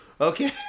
Okay